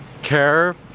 care